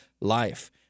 life